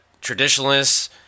traditionalists